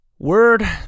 Word